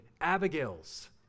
Abigails